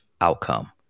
outcome